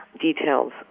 details